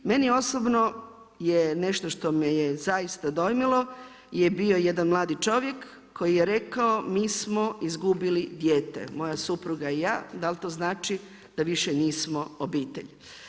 Meni je osobno je nešto što me je zaista dojmilo je bio jedan mladi čovjek koji je rekao mi smo izgubili dijete, moja supruga i ja, da li to znači da više nismo obitelj?